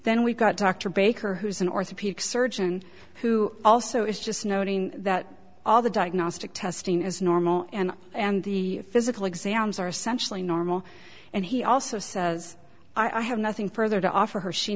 then we got dr baker who's an orthopedic surgeon who also is just noting that all the diagnostic testing is normal and and the physical exams are essentially normal and he also says i have nothing further to offer her she